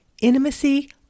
intimacy